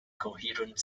coherent